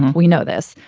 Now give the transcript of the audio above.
we know this.